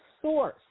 source